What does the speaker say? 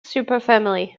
superfamily